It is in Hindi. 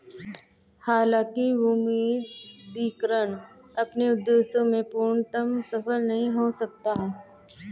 हालांकि विमुद्रीकरण अपने उद्देश्य में पूर्णतः सफल नहीं हो सका